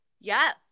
Yes